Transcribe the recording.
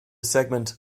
segment